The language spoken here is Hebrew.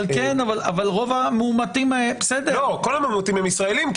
כל המאומתים הם ישראלים.